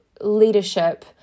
leadership